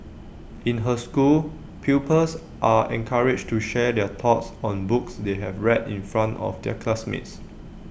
in her school pupils are encouraged to share their thoughts on books they have read in front of their classmates